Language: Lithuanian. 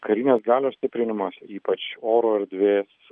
karinės galios stiprinimas ypač oro erdvės